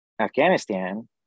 Afghanistan